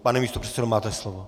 Pane místopředsedo, máte slovo.